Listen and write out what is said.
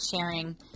sharing